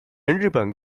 日本